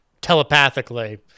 telepathically